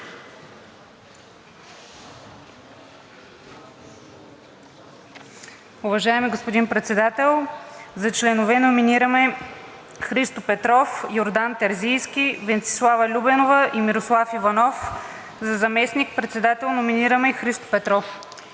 Уважаеми господин Председател, за членове номинираме Христо Петров, Йордан Терзийски, Венцислава Любенова и Мирослав Иванов. За заместник-председател номинираме Христо Петров.